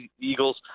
Eagles